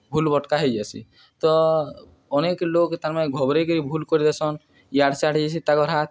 ଭୁଲ୍ ଭଟ୍କା ହେଇଯାଏସି ତ ଅନେକ୍ ଲୋକ୍ ତାର୍ମାନେ ଘବରେଇକରି ଭୁଲ୍ କରିଦେସନ୍ ଇଆଡ଼୍ ସେଆଡ଼୍ ହେଇଯାଏସିି ତାକର୍ ହାତ୍